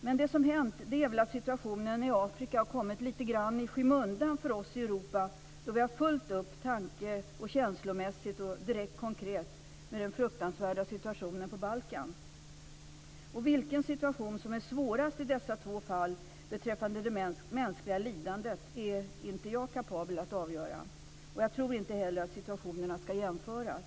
Men det som har hänt är att situationen i Afrika har kommit lite grann i skymundan för oss i Europa, då vi har fullt upp tanke och känslomässigt och direkt konkret med den fruktansvärda situationen på Balkan. Vilken situation som är svårast av dessa två fall beträffande det mänskliga lidandet är inte jag kapabel att avgöra. Jag tror inte heller att situationerna skall jämföras.